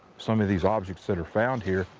some of these objects that are found here,